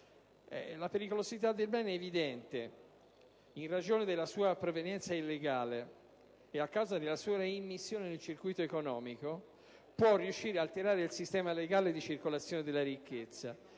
La pericolosità del bene è evidente in ragione della sua provenienza illegale che, a causa della immissione nel circuito economico, può riuscire ad alterare il sistema legale di circolazione della ricchezza,